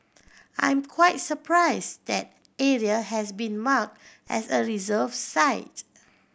I'm quite surprise that area has been mark as a reserve site